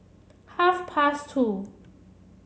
half past two